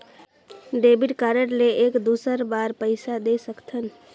Debit card ले एक दुसर बार पइसा दे सकथन?